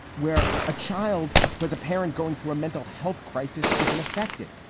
where a child has a parent going through a mental health crisis isn't affected.